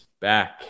back